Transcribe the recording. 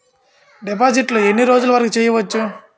డిపాజిట్లు ఎన్ని రోజులు వరుకు చెయ్యవచ్చు?